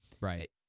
Right